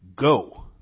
go